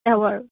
হ'ব আৰু